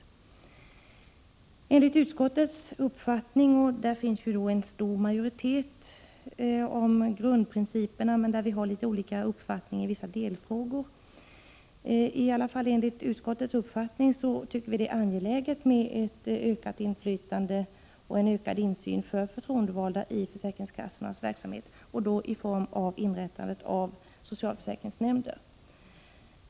I utskottet finns en stor majoritet kring grundprinciperna men det finns olika uppfattningar i vissa delfrågor. Enligt utskottets uppfattning är det angeläget med ett ökat inflytande och en ökad insyn för förtroendevalda i försäkringskassornas verksamhet och då i form av socialförsäkringsnämnder.